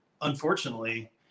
unfortunately